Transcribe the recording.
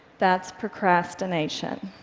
that's procrastination.